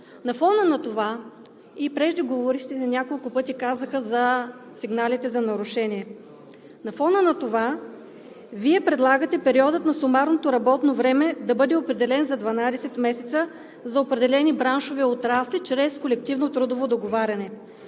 на извънреден труд. И преждеговорившите няколко пъти казаха за сигнали за нарушение, а на фона на това Вие предлагате периодът на сумарното работно време да бъде определен за 12 месеца за определени браншови отрасли чрез колективно трудово договаряне,